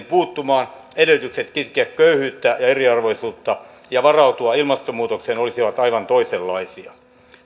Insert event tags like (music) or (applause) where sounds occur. (unintelligible) puuttumaan edellytykset kitkeä köyhyyttä ja eriarvoisuutta ja varautua ilmastonmuutokseen olisivat aivan toisenlaisia